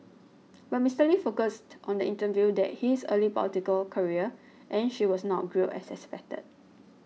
but Mister Lee focused on the interview about his early political career and she was not grilled as expected